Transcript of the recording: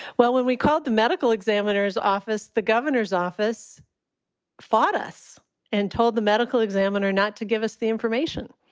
well, when we called the medical examiner's office, the governor's office fought us and told the medical examiner not to give us the information.